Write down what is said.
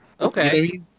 Okay